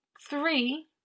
three